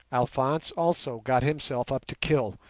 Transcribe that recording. alphonse also got himself up to kill,